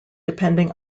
depending